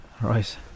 Right